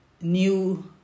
New